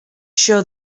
sure